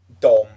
Dom